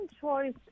choice